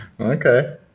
Okay